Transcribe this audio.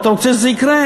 אתה רוצה שזה יקרה?